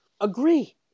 Agree